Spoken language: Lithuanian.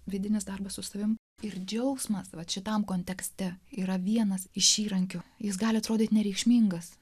vidinis darbas su savimi ir džiaugsmas vat šitam kontekste yra vienas iš įrankių jis gali atrodyti nereikšmingas